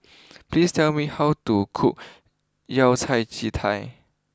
please tell me how to cook Yao Cai Ji Tai